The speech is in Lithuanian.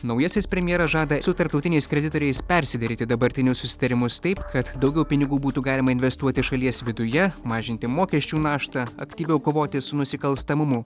naujasis premjeras žada su tarptautiniais kreditoriais persiderėti dabartinius susitarimus taip kad daugiau pinigų būtų galima investuoti šalies viduje mažinti mokesčių naštą aktyviau kovoti su nusikalstamumu